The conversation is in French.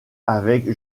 avec